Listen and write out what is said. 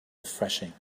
refreshing